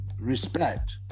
respect